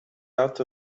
out